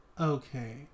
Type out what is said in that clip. Okay